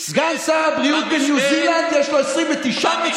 סגן שר הבריאות בניו זילנד, יש לו 20 מתים,